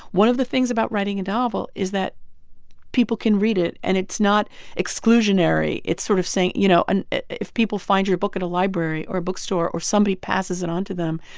one of the things about writing a novel is that people can read it, and it's not exclusionary. it's sort of saying, you know, and if people find your book in a library or a bookstore or somebody passes it on to them,